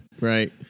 Right